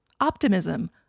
optimism